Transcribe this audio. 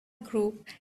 group